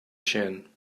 chin